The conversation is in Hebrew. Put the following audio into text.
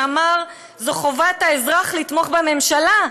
שאמר: "זו חובת האזרח לתמוך בממשלה,